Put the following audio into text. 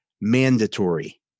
mandatory